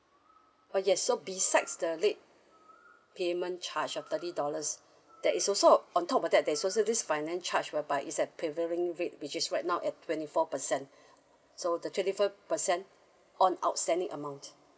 oh yes so besides the late payment charge of thirty dollars there is also on top of that there is also this finance charge whereby it's at prevailing rate which is right now at twenty four percent so the twenty four percent on outstanding amount